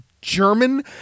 German